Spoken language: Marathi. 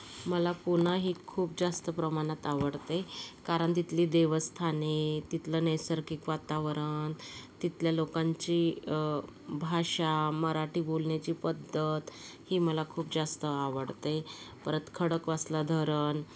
मला पुना ही खूप जास्त प्रमाणात आवडते कारण तितली देवस्थाने तिथलं नैसर्गिक वातावरण तिथल्या लोकांची भाषा मराठी बोलण्याची पद्धत ही मला खूप जास्त आवडते परत खडकवासला धरण